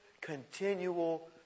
continual